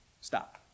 Stop